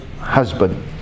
husband